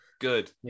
good